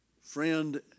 Friend